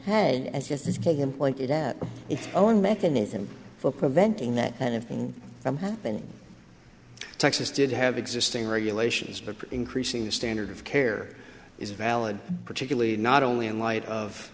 head as just taken point it up its own mechanism for preventing that kind of thing from happening texas did have existing regulations but increasing the standard of care is valid particularly not only in light of